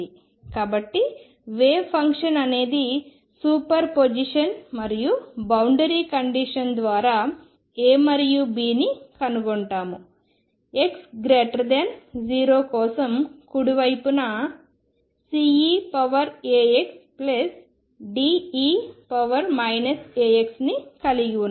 కాబట్టి wave function అనేది superposition మరియు మేము బౌండరీ కండిషన్ ద్వారా A మరియు Bని కనుగొంటాము x0 కోసం కుడి వైపున CeαxD e αx ని కలిగి ఉన్నాను